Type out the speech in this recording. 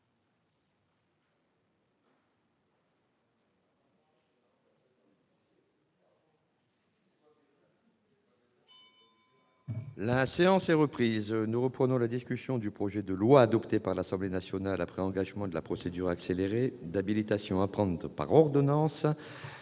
Très bien ! Nous reprenons la discussion du projet de loi, adopté par l'Assemblée nationale après engagement de la procédure accélérée, d'habilitation à prendre par ordonnances